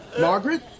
Margaret